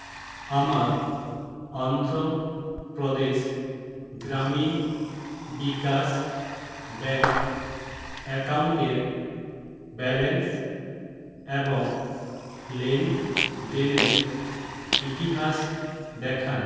আমার অন্ধ্রপ্রদেশ গ্রামীণ বিকাশ ব্যাংক অ্যাকাউন্টের ব্যালেন্স এবং লেনদেনের ইতিহাস দেখান